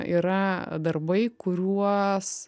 yra darbai kuriuos